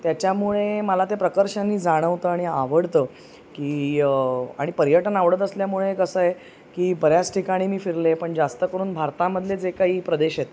त्याच्यामुळे मला ते प्रकर्षाने जाणवतं आणि आवडतं की आणि पर्यटन आवडत असल्यामुळे कसं आहे की बऱ्याच ठिकाणी मी फिरले पण जास्त करून भारतामधले जे काही प्रदेश आहेत